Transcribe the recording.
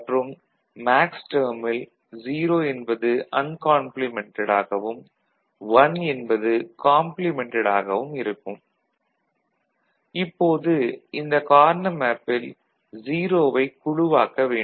மற்றும் மேக்ஸ்டேர்மில் 0 என்பது அன்காம்ப்ளிமென்டட் ஆகவும் 1 என்பது காம்ப்ளிமென்டட் ஆகவும் இருக்கும் Y FABC Σ m24567 Π M013 இப்போது இந்த கார்னா மேப்பில் 0 வைக் குழுவாக்க வேண்டும்